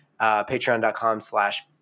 Patreon.com/slash